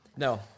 No